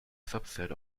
subset